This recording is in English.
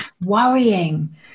worrying